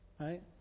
Right